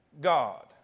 God